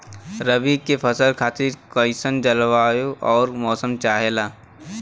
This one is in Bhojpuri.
रबी क फसल खातिर कइसन जलवाय अउर मौसम चाहेला?